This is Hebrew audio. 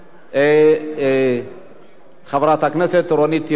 חברת הכנסת רונית תירוש וכבוד השרה,